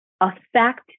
affect